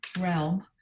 realm